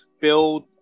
build